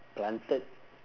planted